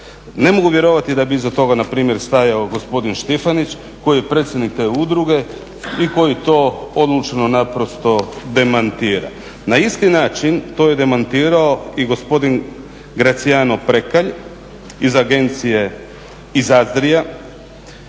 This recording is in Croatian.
Ne mogu vjerovati da bi iza toga npr. stajao gospodin Štifanić koji je predsjednik te udruge i koji to odlučno naprosto demantira. Na isti način to je demantirao i gospodin Gracijano Prekalj iz agencije iz